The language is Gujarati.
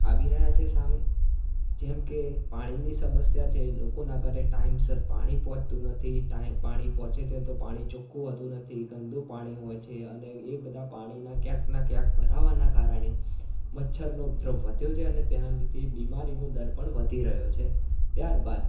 આવી રહ્યા છે સામે જેમ કે પાણીની સમસ્યા છે લોકોના ઘરે ટાઈમસર પાણી પહોંચતું નથી ટાઈમ પાણી પહોંચે ત્યાં તો પાણી ચોખ્ખું હોતું નથી ગંદુ પાણી હોય છે અને એ બધા પાણીના ક્યાંકના ક્યાંક ભરાવાના કારણે મચ્છરનો ઉપદ્રવ વધ્યો છે અને તેના લીધે બીમારીનો દર પણ વધી રહ્યો છે ત્યારબાદ